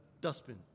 dustbin